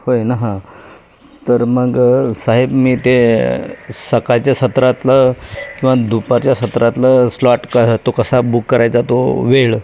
होय ना हां तर मग साहेब मी ते सकाळच्या सत्रातलं किंवा दुपारच्या सत्रातलं स्लॉट क तो कसा बुक करायचा तो वेळ